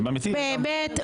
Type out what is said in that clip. באמת?